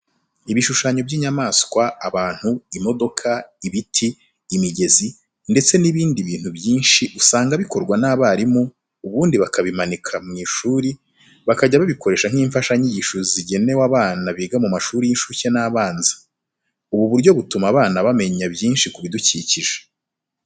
Ibishushanyo by'inyamaswa, abantu, imodoka, ibiti, imigezi, ndetse n'ibindi bintu byinshi usanga bikorwa n'abarimu ubundi bakabimanika mu ishuri bakajya babikoresha nk'imfashanyigisho zigenewe abana biga mu mashuri y'incuke n'abanza. Ubu buryo butuma abana bamenya byinshi ku bidukikije.